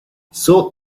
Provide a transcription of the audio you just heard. sort